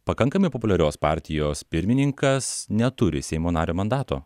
pakankamai populiarios partijos pirmininkas neturi seimo nario mandato